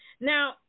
Now